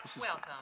Welcome